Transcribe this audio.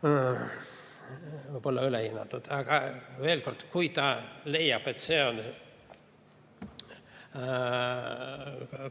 võib-olla üle hinnatud. Veel kord: kui ta leiab, et see on